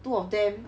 two of them